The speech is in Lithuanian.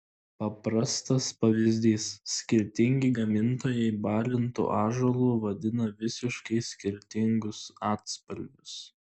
paprastas pavyzdys skirtingi gamintojai balintu ąžuolu vadina visiškai skirtingus atspalvius